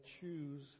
choose